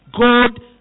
God